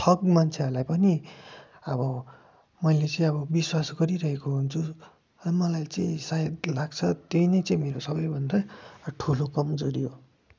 ठग मान्छेहरूलाई पनि अब मैले चाहिँ अब विश्वास गरिरहेको हुन्छु अनि मलाई चाहिँ सायद लाग्छ त्यही नै चै मेरो सबैभन्दा ठुलो कमजोरी हो